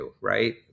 right